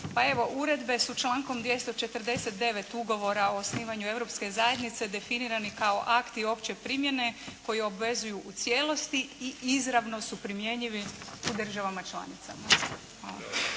Pa evo uredbe su člankom 249. Ugovora o osnivanju Europske zajednice definirani kao akti opće primjene koji obvezuju u cijelosti i izravno su primjenjivi u državama članicama.